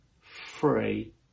free